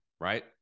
right